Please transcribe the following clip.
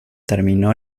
terminó